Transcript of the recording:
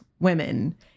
women